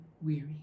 weary